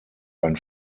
ein